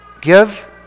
give